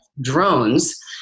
drones